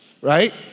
Right